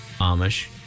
Amish